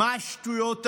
מה השטויות האלה?